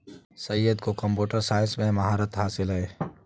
सैयद को computer science में महारत हासिल है